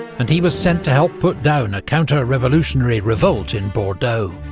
and he was sent to help put down a counter-revolutionary revolt in bordeaux.